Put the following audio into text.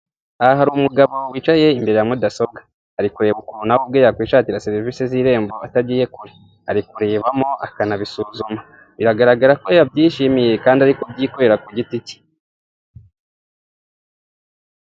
Aha hari umugabo wicaye imbere ya mudasobwa, ari kureba ukuntu nawe ubwe yakwishakira serivisi z'irembo atagiye kure, ari kurebamo akanabisuzuma biragaragarako yabyishimiye, kandi ari kubyikorera ku giti cye.